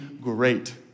great